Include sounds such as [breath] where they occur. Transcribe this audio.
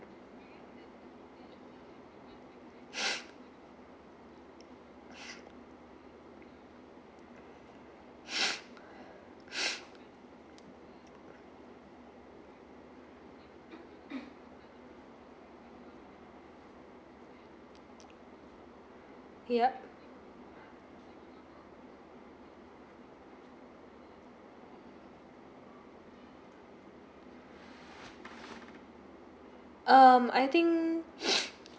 [breath] yup um I think